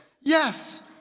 Yes